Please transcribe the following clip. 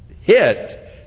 hit